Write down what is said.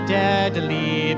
deadly